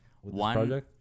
One